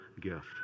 gift